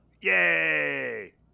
Yay